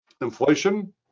Inflation